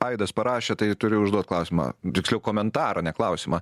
aidas parašė tai turiu užduot klausimą tiksliau komentarą ne klausimą